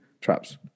Traps